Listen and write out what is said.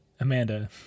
Amanda